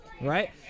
right